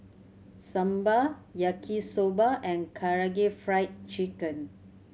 Sambar Yaki Soba and Karaage Fried Chicken